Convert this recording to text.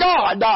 God